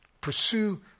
Pursue